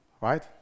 right